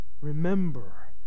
Remember